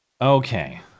okay